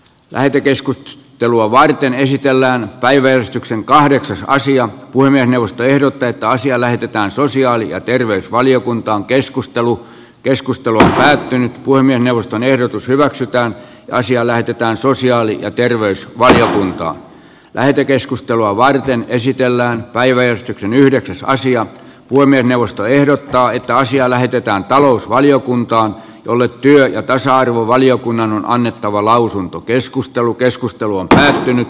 lähde keskuttelua varten esitellään päiväystyksen kahdeksas naisia puhemiesneuvosto ehdottaa että asia lähetetään sosiaali ja terveysvaliokuntaan keskustelu keskustelu ennen kuin ne neuvoston ehdotus hyväksytään naisia lähetetään sosiaali ja terveys vaiheen lähetekeskustelua varten esitellään päivetty tv yhden asian puiminen neuvosto ehdottaa että asia lähetetään talousvaliokunta oli työn ja tasa arvovaliokunnan on annettava lausunto keskustelu keskustelu rinnalla käsittelyssä